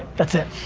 that's it.